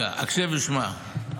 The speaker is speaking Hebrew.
הקשב ושמע.